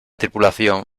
tripulación